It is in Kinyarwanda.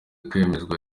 kwemezwa